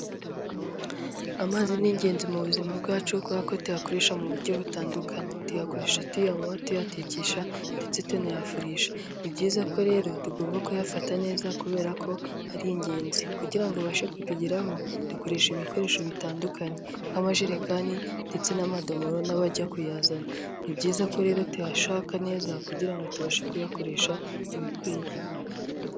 Amazi n’ingenzi mu buzima bwacu kubera ko tuyakoresha mu buryo butandukanye. Tuyakoresha tuyanywa , tuyatekesha ndetse tunayafurisha, ni byiza ko rero tugomba kuyafata neza kubera ko ari ingenzi kugira ngo abashe kutugeraho dukoresha ibikoresho bitandukanye nk'amajerekani ndetse n'amadomoro n'abajya kuyazana ni byiza ko rero tuyashaka neza kugira ngo tubashe kuyakoresha ibikwiye.